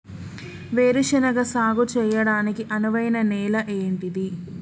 వేరు శనగ సాగు చేయడానికి అనువైన నేల ఏంటిది?